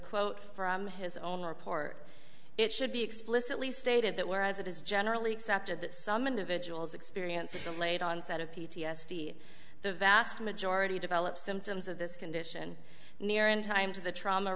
quote from his own report it should be explicitly stated that whereas it is generally accepted that some individuals experience the late onset of p t s d the vast majority develop symptoms of this condition near in time to the trauma